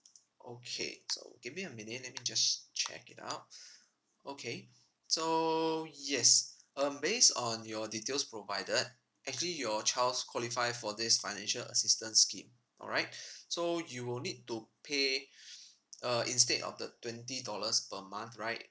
okay so give me a minute let me just check it out okay so yes um based on your details provided actually your child's qualified for this financial assistance scheme alright so you'll need to pay uh instead of the twenty dollars per month right